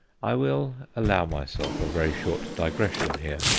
i will allow myself a very short digression here.